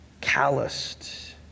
calloused